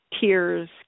tears